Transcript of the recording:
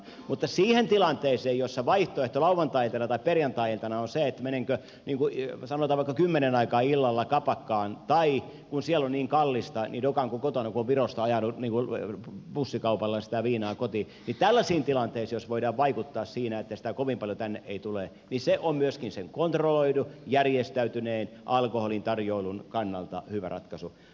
mutta jos vaihtoehdot lauantai iltana tai perjantai iltana ovat että menenkö sanotaan vaikka kymmenen aikaan illalla kapakkaan tai että kun siellä on niin kallista dokaanko kotona kun on virosta ajanut bussikaupalla sitä viinaa kotiin niin tällaisiin tilanteisiin jos voidaan vaikuttaa sillä että sitä viinaa ei kovin paljon tänne tule niin se on myöskin sen kontrolloidun järjestäytyneen alkoholintarjoilun kannalta hyvä ratkaisu